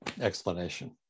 explanation